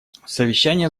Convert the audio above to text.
совещание